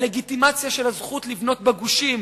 הלגיטימציה של הזכות לבנות בגושים